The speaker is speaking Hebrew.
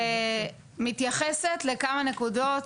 מתייחסת לכמה נקודות,